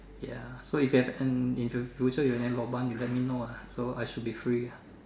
ya so you have any in the future you have any Lobang you let me know ah so I should be free ah